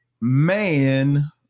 man